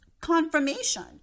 confirmation